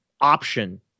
option